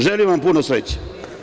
Želim vam puno sreće.